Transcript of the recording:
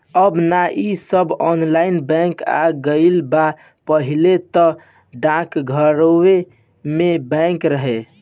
अब नअ इ सब ऑनलाइन बैंक आ गईल बा पहिले तअ डाकघरवे में बैंक रहे